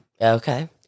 Okay